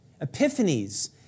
epiphanies